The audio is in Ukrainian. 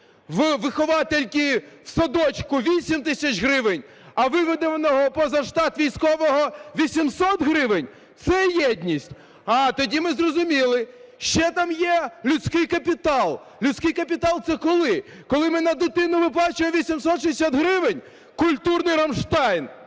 виховательки у садочку 8 тисяч гривень, а у виведеного поза штат військового 800 гривень? Це єдність? А, тоді ми зрозуміли. Ще там є людський капітал. Людський капітал – це коли? Коли ми на дитину виплачуємо 860 гривень? Культурний "Рамштайн".